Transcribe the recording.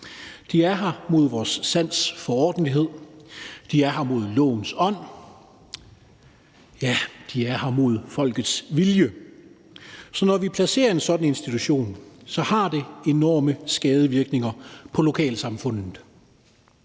De er her mod vores sans for ordentlighed, de er her mod lovens ånd, ja, de er her mod folkets vilje. Så når vi placerer en sådan institution, har det enorme skadevirkninger på lokalsamfundet.